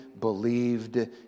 believed